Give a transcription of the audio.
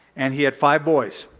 and he had five boys.